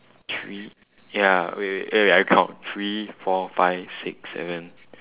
three ya wait wait wait wait I count three four five six seven